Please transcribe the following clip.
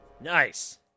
Nice